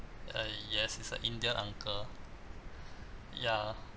uh yes it's a indian uncle ya